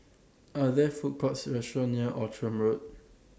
Are There Food Courts restaurants near Outram Road